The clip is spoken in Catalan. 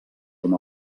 com